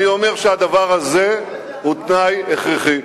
אני אומר שהדבר הזה הוא תנאי הכרחי.